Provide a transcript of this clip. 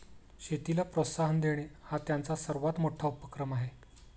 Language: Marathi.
शेतीला प्रोत्साहन देणे हा त्यांचा सर्वात मोठा उपक्रम आहे